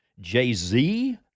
Jay-Z